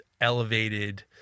elevated